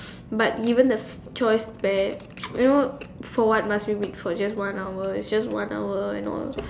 but even the choice where you know for what must we wait for it's just one hour you know